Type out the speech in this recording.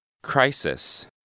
Crisis